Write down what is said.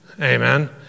Amen